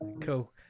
Cool